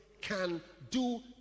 can-do